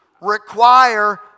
require